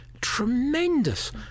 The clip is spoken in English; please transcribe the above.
tremendous